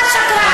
אתה השקרן.